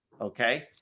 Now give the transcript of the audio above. Okay